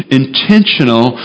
intentional